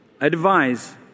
advice